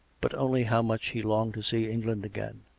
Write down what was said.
but only how much he longed to see england again.